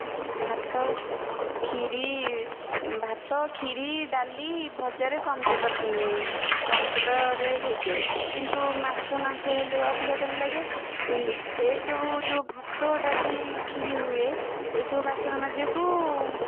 ଭାତ କ୍ଷୀରି ଭାତ କ୍ଷୀରି ଡାଲି ଭଜାରେ କମ୍ ତେଲ କମ୍ ତେଲରେ ହେଇଯାଏ କିନ୍ତୁ ମାଛ ମାଂସ ହେଲେ ଅଧିକା ତେଲ ଲାଗେ ସେମିତି ଏସବୁ ଯେଉଁ ଭାତ ଡାଲି କ୍ଷୀରି ହୁଏ ଏସବୁ ବାସନ ମାଜିବାକୁ